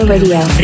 Radio